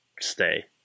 stay